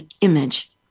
image